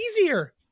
easier